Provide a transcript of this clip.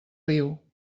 riu